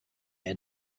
had